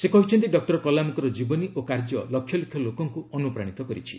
ସେ କହିଛନ୍ତି ଡକ୍ଟର କଲାମଙ୍କର ଜୀବନୀ ଓ କାର୍ଯ୍ୟ ଲକ୍ଷଲକ୍ଷ ଲୋକଙ୍କୁ ଅନୁପ୍ରାଣୀତ କରିଛି